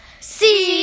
See